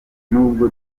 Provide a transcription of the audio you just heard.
nubwo